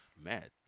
Mad